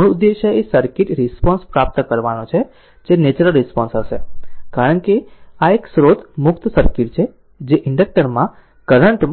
મૂળ ઉદ્દેશ એ સર્કિટ રિસ્પોન્સ પ્રાપ્ત કરવાનો છે જે નેચરલ રિસ્પોન્સ હશે કારણ કે આ એક સ્રોત મુક્ત સર્કિટ છે જે ઇન્ડક્ટર માં કરંટ